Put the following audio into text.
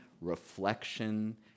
reflection